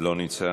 לא נמצא,